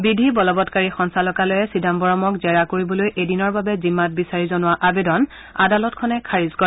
বিধি বলৱৎকাৰী সঞ্চালকালয়ে চিদাম্বৰমক জেৰা কৰিবলৈ এদিনৰ বাবে জিম্মাত বিচাৰি জনোৱা আবেদন আদালতখনে খাৰিজ কৰে